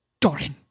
Dorin